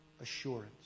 assurance